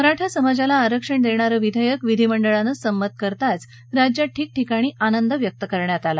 मराठा समाजाला आरक्षण देणारं विधेयक विधी मंडळानं संमत करताच राज्यात ठिकठिकाणी आनंद व्यक्त करण्यात आला